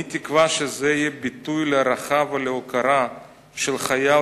אני תקווה שזה יהיה ביטוי להערכה ולהוקרה של חייל